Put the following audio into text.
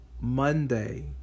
Monday